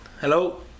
Hello